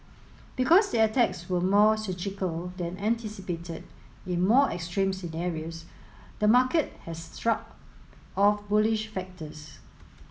because the attacks were more surgical than anticipated in more extreme scenarios the market has shrugged off bullish factors